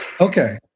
Okay